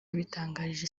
yabitangarije